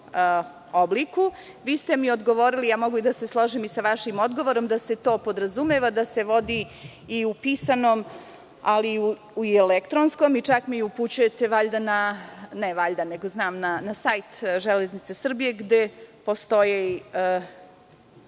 obliku. Odgovorili ste mi, mogu da se složim i sa vašim odgovorom, da se to podrazumeva da se vodi i u pisanom, ali i u elektronskom obliku. Čak me upućujete valjda, ne valjda, nego znam, na sajt „Železnica Srbije“, gde postoje